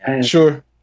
sure